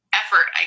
effort